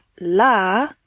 la